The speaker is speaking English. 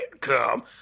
come